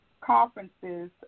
conferences